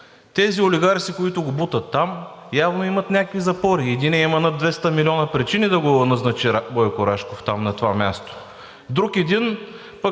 Тези олигарси, които го бутат там, явно имат някакви запори. Единият има над 200 милиона причини да го назначи Бойко Рашков там на това място. Друг един пък